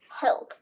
health